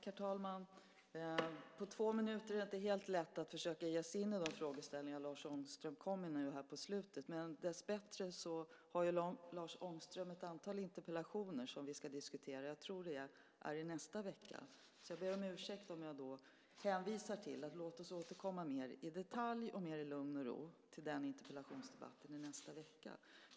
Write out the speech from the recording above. Herr talman! På de två minuter talartid jag har är det inte helt lätt att försöka ge sig in i de frågeställningar Lars Ångström kommer med nu här på slutet, men dessbättre har Lars Ångström ett antal interpellationer som vi ska diskutera - jag tror att det är i nästa vecka. Så jag ber om ursäkt om jag hänvisar till att få återkomma mer i detalj och mer i lugn och ro i interpellationsdebatten i nästa vecka.